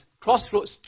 crossroads